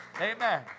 Amen